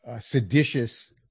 seditious